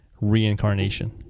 reincarnation